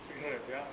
这个很漂